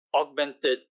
augmented